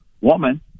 woman